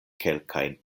kelkajn